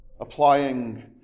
Applying